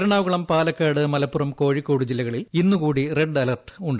എറണാകുളം പാലക്കാട് മലപ്പുറം കോഴിക്കോട് ജില്ലകളിൽ ഇന്നുകൂടി റെഡ് അലർട്ടുണ്ട്